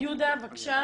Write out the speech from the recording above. יהודה, בבקשה.